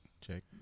Check